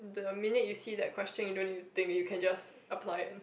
the minute you see that question you don't have to think already you can just apply